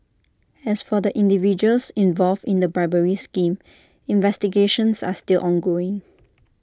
as for the individuals involved in the bribery scheme investigations are still ongoing